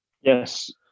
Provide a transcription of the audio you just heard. Yes